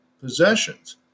possessions